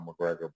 McGregor